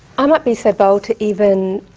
i might be so bold to even